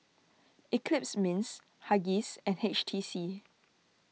Eclipse Mints Huggies and H T C